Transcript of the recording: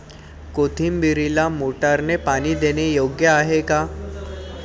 कोथिंबीरीला मोटारने पाणी देणे योग्य आहे का?